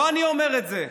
לא אני אומר את זה,